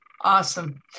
Awesome